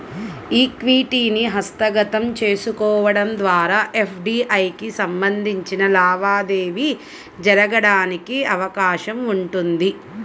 ఈక్విటీని హస్తగతం చేసుకోవడం ద్వారా ఎఫ్డీఐకి సంబంధించిన లావాదేవీ జరగడానికి అవకాశం ఉంటుంది